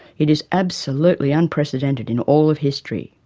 it is absolutely unprecedented in all of history.